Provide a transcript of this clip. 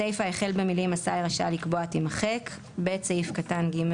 הסיפה החל במילים "השר רשאי לקבוע" - תימחק; סעיף קטן (ג)